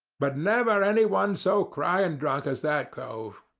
but never anyone so cryin' drunk as that cove.